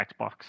Xbox